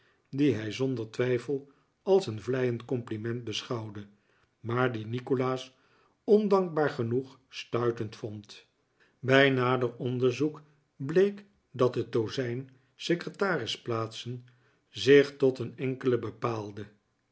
die hij zonder twijfel als een vleiend compliment beschouwde maar die nikolaas ondankbaar genoeg stuitend vond bij nader onderzoek bleek dat het dozijn secretarisplaatsen zich tot een enkele bepaalde